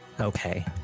Okay